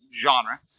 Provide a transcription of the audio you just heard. genre